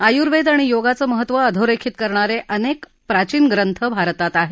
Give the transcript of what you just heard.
आयुर्वेद आणि योगाचं महत्त्व आधोरेखित करणारे अनेक प्राचीन ग्रंथ भारतात आहेत